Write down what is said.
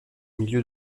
milieu